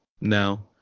now